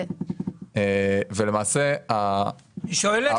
היא שואלת